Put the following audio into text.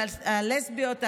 על הלסביות,